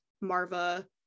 Marva